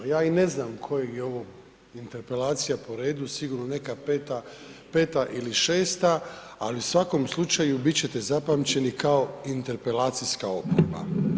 Ja i ne znam koja je ovo interpelacija po redu, sigurno neka peta ili šesta, ali u svakom slučaju bit ćete zapamćeni kao interpelacijska oporba.